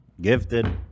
Gifted